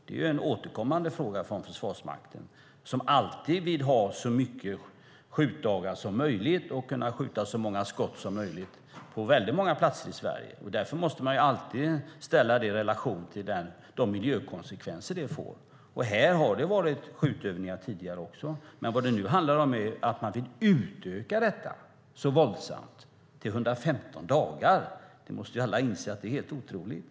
Det är en återkommande fråga från Försvarsmakten som alltid vill ha så många skjutdagar som möjligt och kunna skjuta så många skott som möjligt på väldigt många platser i Sverige. Därför måste man alltid ställa det i relation till de miljökonsekvenser som det får. Här har det också tidigare varit skjutövningar. Vad det nu handlar om är att man vill utöka detta så våldsamt, till 115 dagar. Alla måste inse att det är helt otroligt.